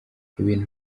ibintu